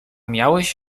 miałeś